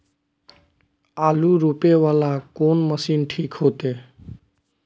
आलू रोपे वाला कोन मशीन ठीक होते?